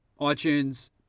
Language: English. iTunes